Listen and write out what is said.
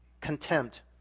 contempt